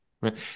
right